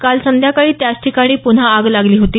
काल संध्याकाळी त्याच ठिकाणी पुन्हा आग लागली होती